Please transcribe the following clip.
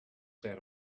that